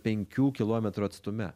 penkių kilometrų atstume